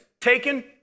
taken